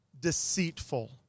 deceitful